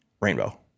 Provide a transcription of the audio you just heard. rainbow